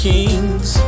Kings